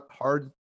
hard